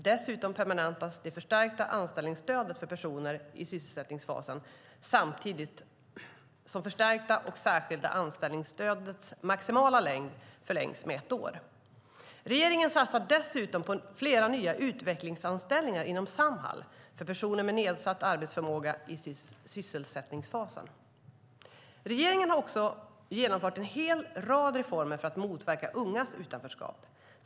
Dessutom permanentas det förstärkta anställningsstödet för personer i sysselsättningsfasen samtidigt som det förstärkta och särskilda anställningsstödets maximala längd förlängs med ett år. Regeringen satsar dessutom på fler nya utvecklingsanställningar inom Samhall för personer med nedsatt arbetsförmåga i sysselsättningsfasen. Regeringen har också genomfört en hel rad reformer för att motverka ungas utanförskap.